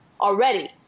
already